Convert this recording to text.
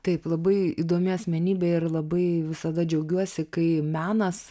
taip labai įdomi asmenybė ir labai visada džiaugiuosi kai menas